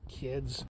kids